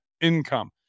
income